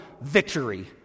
victory